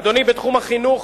אדוני, בתחום החינוך,